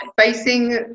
Facing